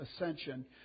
ascension